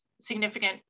significant